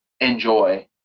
enjoy